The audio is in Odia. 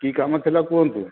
କି କାମ ଥିଲା କୁହନ୍ତୁ